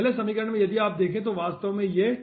पहले समीकरण में यदि आप देखे तो वास्तव में ये है